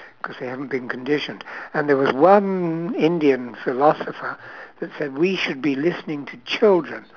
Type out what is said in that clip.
cause they haven't been conditioned and there was one indian philosopher that said we should be listening to children